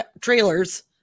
trailers